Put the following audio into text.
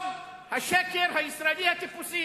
לא עוד השקר הישראלי הטיפוסי